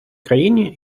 країні